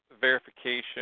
verification